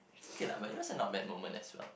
okay lah but yours are not bad moment as well